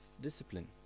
discipline